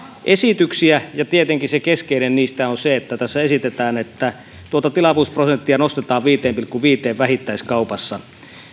esityksiä ja tietenkin se keskeinen niistä on se että tässä esitetään että tuota tilavuusprosenttia nostetaan viiteen pilkku viiteen vähittäiskaupassa